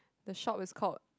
the shop is called